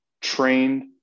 trained